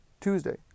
Tuesday